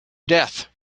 death